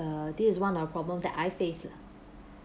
err this is one of problems that I face